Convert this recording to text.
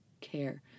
care